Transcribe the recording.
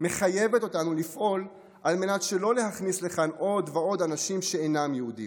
מחייב אותנו לפעול על מנת שלא להכניס לכאן עוד ועוד אנשים שאינם יהודים,